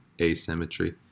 Asymmetry